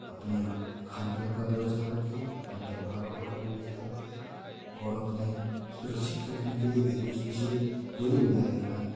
अपने खान पीन का व्यवस्था रखे अपने परिवार वालों का भी व्यवस्था रखे और अपने सुरक्षित रखने के लिए एक दूसरे से दूरी बनाए रखना